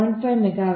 5 megawatt